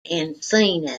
encino